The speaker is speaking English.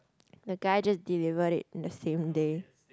the guy just delivered it in the same day